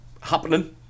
happening